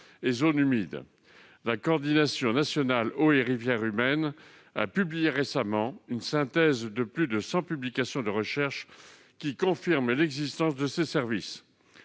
des zones humides. La Coordination nationale eau et rivières humaines (Cnerh) a publié récemment une synthèse de plus de cent publications de recherche qui confirme l'existence de ces services.